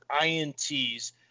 ints